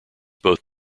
both